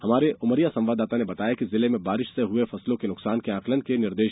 हमारे उमरिया संवाददाता ने बताया है कि जिले में बारिश से हुए फसलों के नुकसान के आकलन के निर्देश दिये गये हैं